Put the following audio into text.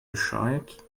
bescheid